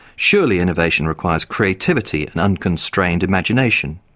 surely innovation requires creativity and unconstrained imagination?